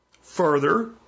Further